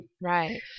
Right